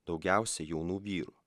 daugiausia jaunų vyrų